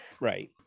Right